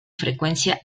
frecuencia